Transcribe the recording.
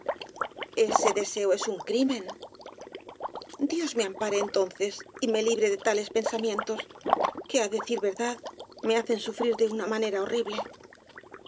ese deseo es un crimen dios me ampare entonces y me libre de tales pensamientos que á decir verdad me hacen sufrir de una manera horrible